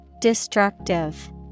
Destructive